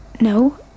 No